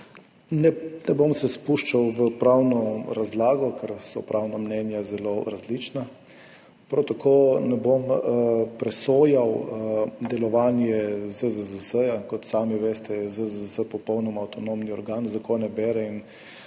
ne bom se spuščal v pravno razlago, ker so pravna mnenja zelo različna. Prav tako ne bom presojal delovanje ZZZS. Kot sami veste, je ZZZS popolnoma avtonomni organ, zakone bere in